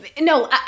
no